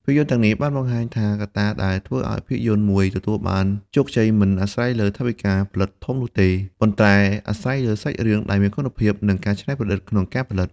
ភាពយន្តទាំងនេះបានបង្ហាញថាកត្តាដែលធ្វើឲ្យភាពយន្តមួយទទួលបានជោគជ័យមិនអាស្រ័យលើថវិកាផលិតធំនោះទេ ប៉ុន្តែអាស្រ័យលើសាច់រឿងដែលមានគុណភាព និងការច្នៃប្រឌិតក្នុងការផលិត។